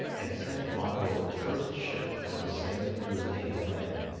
and sent them on board the first ship that was sailing to his native land,